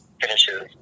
finishes